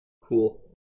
Cool